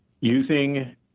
using